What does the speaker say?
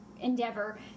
endeavor